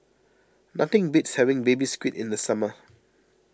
nothing beats having Baby Squid in the summer